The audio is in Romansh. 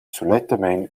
sulettamein